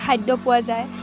খাদ্য পোৱা যায়